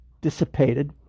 dissipated